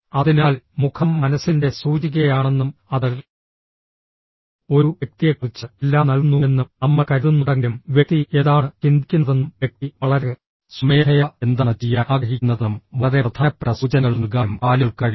അതിനാൽ മുഖം മനസ്സിൻ്റെ സൂചികയാണെന്നും അത് ഒരു വ്യക്തിയെക്കുറിച്ച് എല്ലാം നൽകുന്നുവെന്നും നമ്മൾ കരുതുന്നുണ്ടെങ്കിലും വ്യക്തി എന്താണ് ചിന്തിക്കുന്നതെന്നും വ്യക്തി വളരെ സ്വമേധയാ എന്താണ് ചെയ്യാൻ ആഗ്രഹിക്കുന്നതെന്നും വളരെ പ്രധാനപ്പെട്ട സൂചനകൾ നൽകാനും കാലുകൾക്ക് കഴിയും